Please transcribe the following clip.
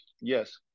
yes